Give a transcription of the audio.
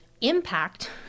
impact